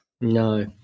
No